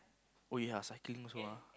oh ya cycling also ah